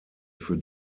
für